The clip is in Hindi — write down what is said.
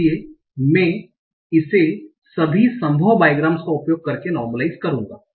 इसलिए मैं इसे सभी संभव बाइग्राम्स का उपयोग करके नोर्मलाइस करूंगा